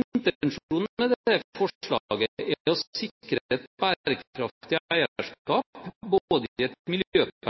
Intensjonen med dette forslaget er å sikre et bærekraftig eierskap både i et